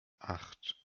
acht